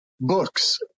books